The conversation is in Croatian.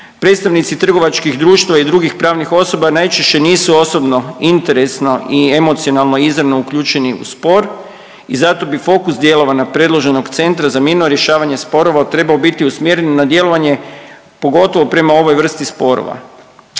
Predstavnici trgovačkih društava i drugih pravnih osoba najčešće nisu osobno, interesno i emocionalno izravno uključeni u spor i zato bi fokus djelovanja predloženog centra za mirno rješavanje sporova trebao biti usmjeren na djelovanje pogotovo prema ovoj vrsti sporova.